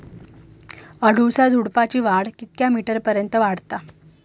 अडुळसा झुडूपाची वाढ कितक्या मीटर पर्यंत वाढता?